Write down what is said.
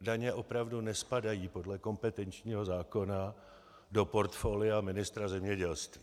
Daně opravdu nespadají podle kompetenčního zákona do portfolia ministra zemědělství.